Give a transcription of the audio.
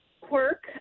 quirk